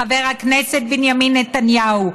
חבר הכנסת בנימין נתניהו,